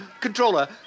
Controller